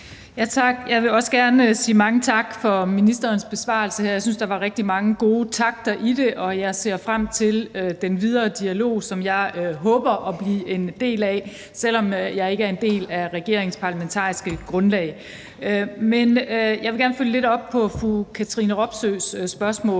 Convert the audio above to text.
Jeg vil også gerne sige mange tak for ministerens besvarelse her. Jeg synes, der var rigtig mange gode takter i det, og jeg ser frem til den videre dialog, som jeg håber at blive en del af, selv om jeg ikke er en del af regeringens parlamentariske grundlag. Men jeg vil gerne følge lidt op på fru Katrine Robsøes spørgsmål,